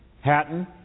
Hatton